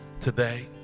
today